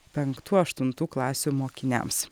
penktų aštuntų klasių mokiniams